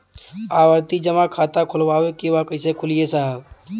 आवर्ती जमा खाता खोलवावे के बा कईसे खुली ए साहब?